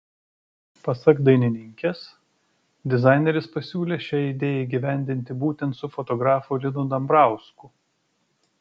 pasak dainininkės dizaineris pasiūlė šią idėją įgyvendinti būtent su fotografu linu dambrausku